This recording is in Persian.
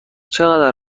چقدر